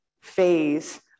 phase